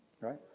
Right